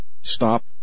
stop